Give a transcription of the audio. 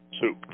two